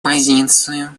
позицию